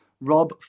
Rob